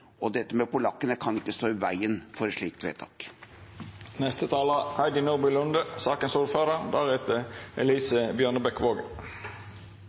og dette med polakkene kan ikke stå i veien for et slikt vedtak. Takk til forrige taler